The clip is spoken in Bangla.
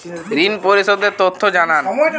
ঋন পরিশোধ এর তথ্য জানান